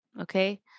okay